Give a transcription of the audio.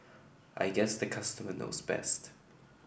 I guess the customer knows best